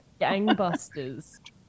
gangbusters